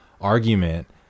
argument